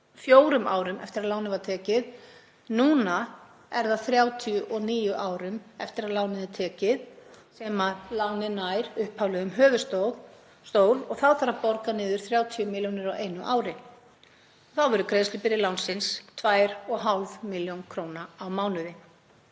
um 24 árum eftir að lánið var tekið en núna er það 39 árum eftir að lánið er tekið sem lánið nær upphaflegum höfuðstól og þá þarf að borga niður 30 milljónir á einu ári. Þá verður greiðslubyrði lánsins 2,5 milljónir á mánuði.